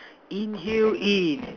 inhale in